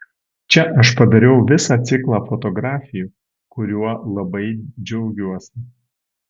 čia aš padariau visą ciklą fotografijų kuriuo labai džiaugiuosi